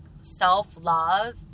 self-love